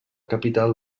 capital